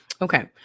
Okay